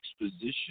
exposition